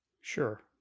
Sure